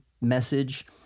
message